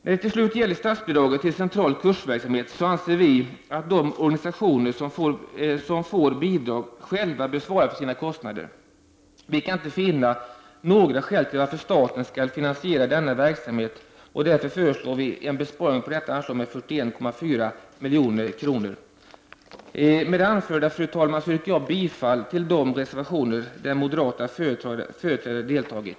När det till slut gäller statsbidraget till central kursverksamhet anser vi att de organisationer som får bidrag själva bör svara för sina kostnader. Vi kan inte finna några skäl till att staten skall finansiera denna verksamhet, och därför föreslår vi en besparing på detta anslag med 41,4 milj.kr. Med det anförda yrkar jag bifall till de reservationer där moderata företrädare deltagit.